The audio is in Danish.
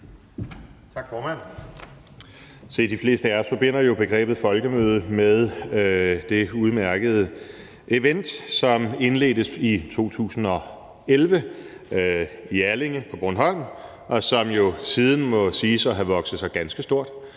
de fleste af os forbinder begrebet folkemøde med det udmærkede event, som indledtes i 2011 i Allinge på Bornholm, og som jo må siges siden at have vokset sig ganske stort.